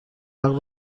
نقل